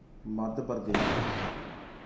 Madhya Pradesh